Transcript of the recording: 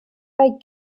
beim